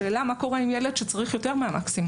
השאלה מה קורה עם ילד שצריך יותר מהמקסימום,